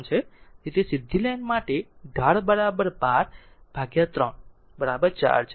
તેથી તે સીધી લાઇન માટે ઢાળ 12 ભાગ્યા 3 4 છે